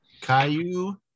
Caillou